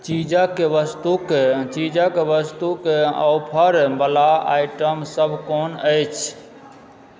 चीजक वस्तुके ऑफर बला आइटम सब कोन अछि